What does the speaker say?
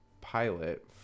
pilot